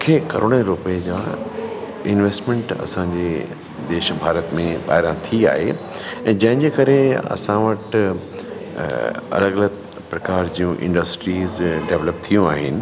लखे करोड़ो रुपए जा इन्वेस्टमेंट असांजे देश भारत में ॿाहिरां थी आहे ऐं जंहिंजे करे असां वटि अलॻि अलॻि प्रकार जूं इंडस्ट्रीज़ डेवलप थियूं आहिनि